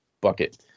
bucket